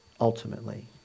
ultimately